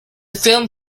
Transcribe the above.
film